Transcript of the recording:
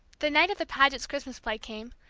the night of the pagets' christmas play came,